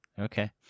Okay